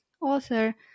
author